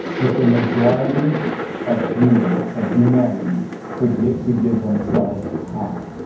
but the majority of human and humanity forgets to give themselves time.